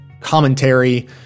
commentary